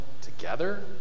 together